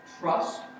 trust